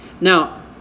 Now